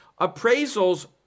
appraisals